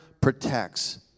protects